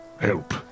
help